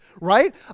right